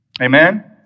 Amen